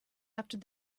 after